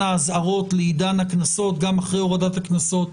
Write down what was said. האזהרות לעידן הקנסות גם אחרי הורדת גובה הקנסות.